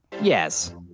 Yes